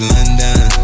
London